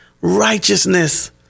righteousness